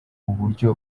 uburyo